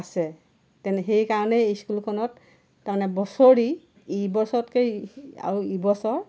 আছে তেনে সেই কাৰণেই এই স্কুলখনত তাৰমানে বছৰি ইবছৰতকে আৰু ইবছৰ